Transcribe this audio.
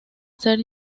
ser